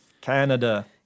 Canada